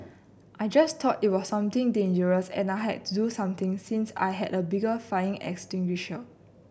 I just thought it was something dangerous and I had to do something since I had a bigger fire extinguisher